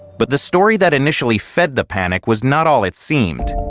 but the story that initially fed the panic was not all it seemed.